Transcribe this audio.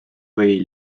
või